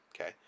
Okay